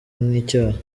nk’icyaha